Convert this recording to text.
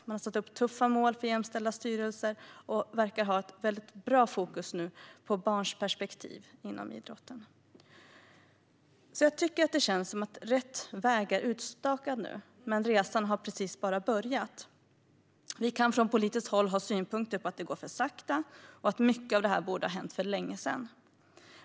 Man har satt upp tuffa mål för jämställda styrelser och verkar ha ett bra fokus på barns perspektiv inom idrotten. Det känns som att det är rätt väg som är utstakad. Men resan har precis bara börjat. Vi kan från politiskt håll ha synpunkter på att det går för sakta och att mycket av detta borde ha hänt för länge sedan.